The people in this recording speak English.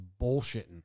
bullshitting